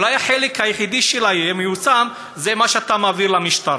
אולי החלק היחיד שלה שיהיה מיושם זה מה שאתה מעביר למשטרה,